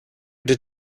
did